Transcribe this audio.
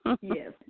Yes